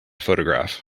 photograph